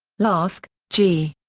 laske, g.